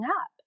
up